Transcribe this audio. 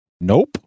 Nope